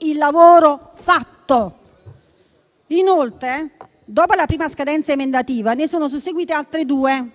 il lavoro fatto. Inoltre, dopo la prima scadenza emendativa, ne sono seguite altre due: